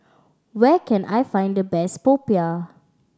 where can I find the best popiah